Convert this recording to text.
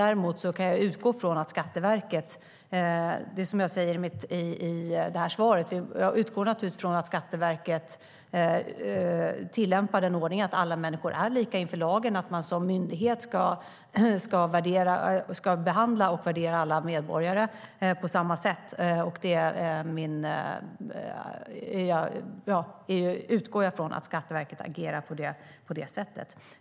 Däremot utgår jag från att Skatteverket, som jag säger i svaret, tillämpar ordningen att alla människor är lika inför lagen och att man som myndighet ska behandla och värdera alla medborgare på samma sätt. Jag utgår från att Skatteverket agerar på det sättet.